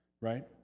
right